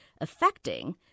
affecting